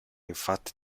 infatti